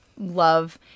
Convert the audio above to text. love